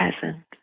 present